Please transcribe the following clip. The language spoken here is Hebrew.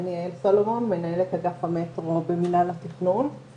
--- אני שמה לך דברים על שולחן כפי שהם.